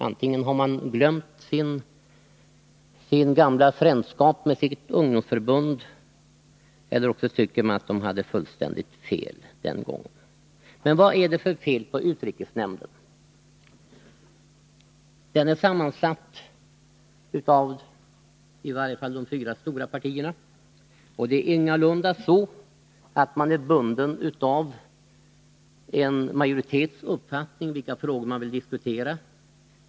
Antingen har man glömt sin gamla frändskap med sitt ungdomsförbund eller också tycker man att ungdomsförbundet hade fullständigt fel den gången. Men vad är det för fel på utrikesnämnden? Denna nämnd är sammansatt av representanter för i varje fall de fyra stora partierna, och man är ingalunda bunden av majoritetens uppfattning när det gäller vilka frågor som skall diskuteras.